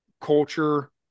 culture